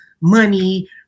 money